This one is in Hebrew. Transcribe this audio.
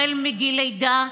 מגיל לידה,